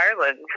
Ireland